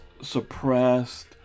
suppressed